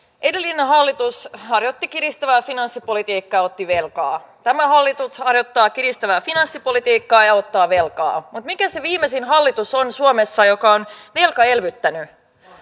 edellinen hallitus harjoitti kiristävää finanssipolitiikkaa ja otti velkaa tämä hallitus harjoittaa kiristävää finanssipolitiikkaa ja ja ottaa velkaa mutta mikä on se viimeisin hallitus suomessa joka on velkaelvyttänyt